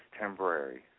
temporary